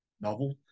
novel